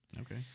Okay